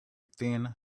thin